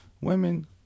Women